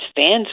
fans